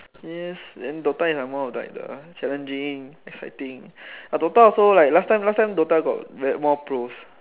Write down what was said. yes and DOTA is more like the challenging exciting and DOTA also like last time last time DOTA had more pros